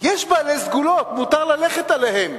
יש בעלי סגולות, מותר ללכת אליהם,